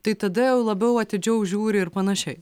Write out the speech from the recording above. tai tada labiau atidžiau žiūri ir panašiai